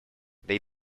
they